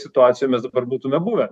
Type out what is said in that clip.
situacijoj mes dabar būtume buvę